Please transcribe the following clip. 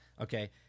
okay